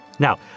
Now